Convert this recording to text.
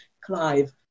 Clive